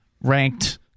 ranked